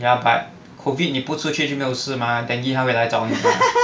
ya but COVID 你不出去就没有是 mah dengue 他回来找你 mah